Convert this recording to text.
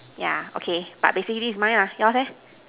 yeah okay but basically that's mine ah yours eh